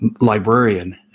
librarian